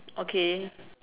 okay